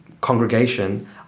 congregation